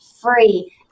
free